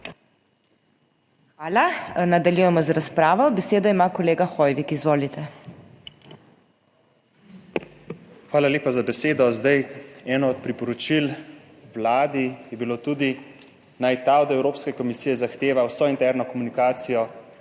Hvala. Nadaljujemo z razpravo. Besedo ima kolega Hoivik, izvolite. **ANDREJ HOIVIK (PS SDS):** Hvala lepa za besedo. Zdaj eno od priporočil Vladi je bilo tudi naj ta od Evropske komisije zahteva vso interno komunikacijo